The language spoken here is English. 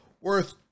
worth